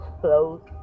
close